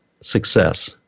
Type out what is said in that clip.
success